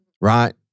right